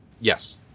Yes